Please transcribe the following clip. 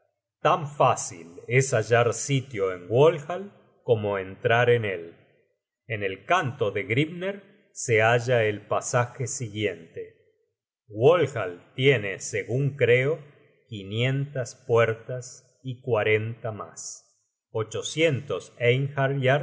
tan fácil es hallar sitio en walhall como entrar en él en el canto de grimner se halla el pasaje siguiente walhall tiene segun creo quinientas puertas y cuarenta mas ochocientos